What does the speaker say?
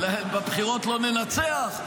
בבחירות לא ננצח,